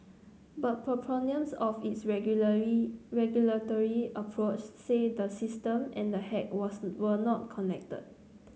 but of its ragulary regulatory approach say the system and the hack was were not connected